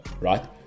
right